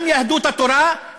גם יהדות התורה,